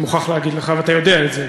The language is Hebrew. אני מוכרח להגיד לך ואתה יודע את זה,